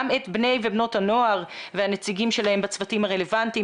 אני מציעה לכלול גם בני ובנות הנוער והנציגים שלהם בצוותים הרלוונטיים.